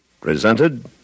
Presented